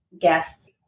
guests